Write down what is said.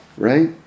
right